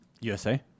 USA